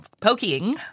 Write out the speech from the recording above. poking